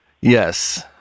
Yes